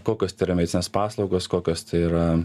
kokios tai yra medicinės paslaugas kokios tai yra